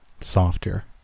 softer